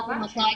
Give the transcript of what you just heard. מתי?